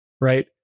right